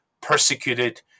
persecuted